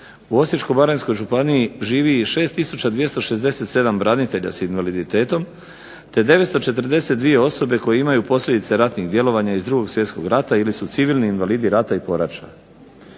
U Osječko-baranjskoj županiji živi 6267 branitelja s invaliditetom te 942 osobe koje imaju posljedice ratnih djelovanja iz Drugog svjetskog rata ili su civilni invalidi rata i poraća.